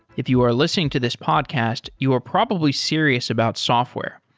if you are listening to this podcast, you are probably serious about software.